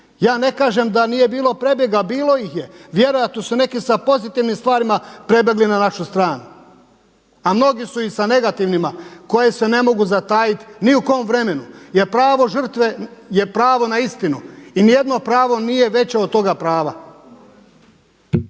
Ja ne kažem da nije bilo prebjega. Bilo ih je. Vjerojatno su neki sa pozitivnim stvarima prebjegli na našu stranu, a mnogi su i sa negativnima koji se ne mogu zatajit ni u kom vremenu. Jer pravo žrtve je pravo na istinu i ni jedno pravo nije veće od toga prava.